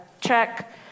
check